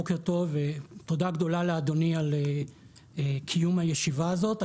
בוקר טוב ותודה גדולה לאדוני על קיום הישיבה הזאת.